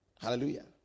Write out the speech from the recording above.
Hallelujah